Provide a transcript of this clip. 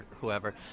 whoever